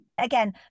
again